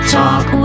talk